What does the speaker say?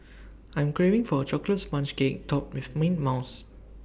I'm craving for A Chocolate Sponge Cake Topped with mint mouth